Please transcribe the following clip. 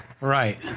Right